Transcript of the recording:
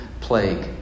plague